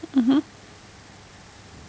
mmhmm